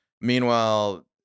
Meanwhile